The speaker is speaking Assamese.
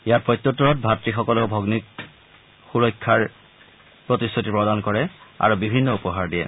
ইয়াৰ প্ৰত্যুত্তৰত ভাতৃসকলেও ভগ্নীসকলক সুৰক্ষাৰ প্ৰতিশ্ৰতি প্ৰদান কৰে আৰু বিভিন্ন উপহাৰ দিয়ে